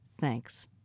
Thanks